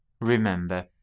Remember